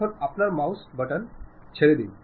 এখন আপনার মাউস বোতাম ছেড়ে দিন